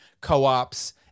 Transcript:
co-ops